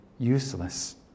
useless